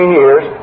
years